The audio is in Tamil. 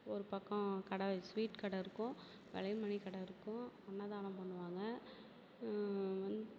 ஒருபக்கம் கடை வச் ஸ்வீட் கடை இருக்கும் வளையல் மணிக்கடை இருக்கும் அன்னதானம் பண்ணுவாங்க